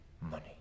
Money